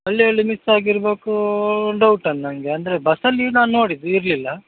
ಅಲ್ಲಿ ಎಲ್ಲಿ ಮಿಸ್ ಆಗಿರ್ಬೇಕೋ ಡೌಟ್ ಅದು ನನಗೆ ಅಂದರೆ ಬಸ್ಸಲ್ಲಿ ನಾನು ನೋಡಿದ್ದು ಇರಲಿಲ್ಲ